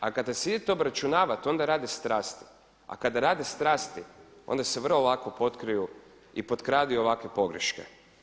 A kada se idete obračunavati onda rade strasti, a kada rade strasti onda se vrlo lako potkriju i potkradaju i ovakve pogreške.